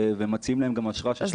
והם מציעים להם אשרה של שלוש שנים --- אז